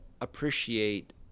appreciate